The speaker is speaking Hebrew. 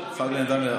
חבר הכנסת חמד עמאר,